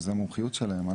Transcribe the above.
שזאת המומחיות שלהם,